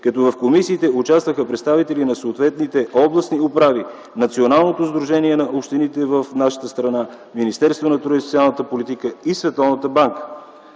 като в комисиите участваха представители на съответните областни управи, Националното сдружение на общините в нашата страна, Министерството на труда и социалната политика и Световната банка.